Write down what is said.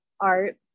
art